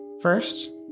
first